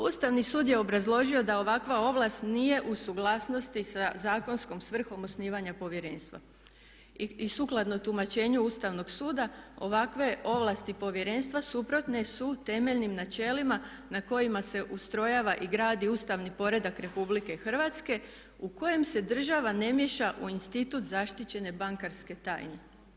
Ustavni sud je obrazložio da ovakva ovlast nije u suglasnosti sa zakonskom svrhom osnivanja Povjerenstva i sukladno tumačenju Ustavnog suda ovakve ovlasti Povjerenstva suprotne su temeljnim načelima na kojima se ustrojava i gradi ustavni poredak Republike Hrvatske u kojem se država ne miješa u institut zaštićene bankarske tajne.